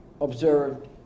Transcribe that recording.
observed